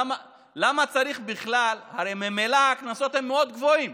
למה צריך בכלל, הרי ממילא הקנסות הם מאוד גבוהים.